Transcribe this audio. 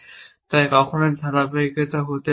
তা কখনই ধারাবাহিকতা হতে পারে না